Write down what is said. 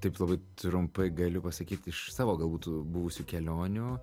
taip labai trumpai galiu pasakyt iš savo galbūt buvusių kelionių